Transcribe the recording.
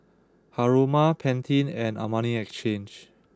Haruma Pantene and Armani Exchange